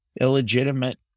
illegitimate